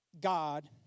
God